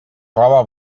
roba